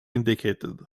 indicated